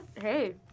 Hey